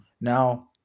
Now